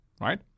right